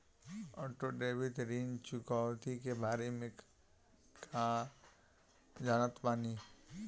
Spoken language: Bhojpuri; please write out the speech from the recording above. ऑटो डेबिट ऋण चुकौती के बारे में कया जानत बानी?